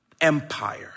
Empire